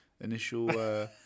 initial